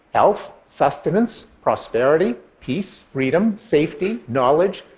health, sustenance, prosperity, peace, freedom, safety, knowledge,